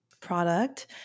product